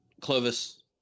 Clovis